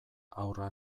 haurra